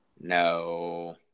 No